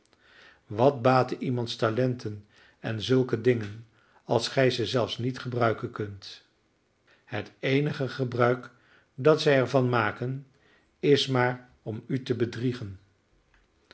wat baten iemands talenten en zulke dingen als gij ze zelfs niet gebruiken kunt het eenige gebruik dat zij er van maken is maar om u te bedriegen